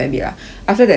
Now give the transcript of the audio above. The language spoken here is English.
after that session right